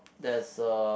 there's a